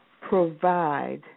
provide